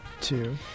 two